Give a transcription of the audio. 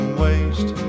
waste